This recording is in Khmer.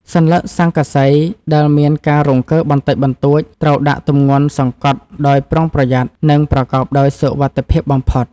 សន្លឹកស័ង្កសីដែលមានការរង្គើបន្តិចបន្តួចត្រូវដាក់ទម្ងន់សង្កត់ដោយប្រុងប្រយ័ត្ន និង ប្រកបដោយសុវត្ថិភាពបំផុត។